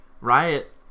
Riot